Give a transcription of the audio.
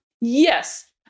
yes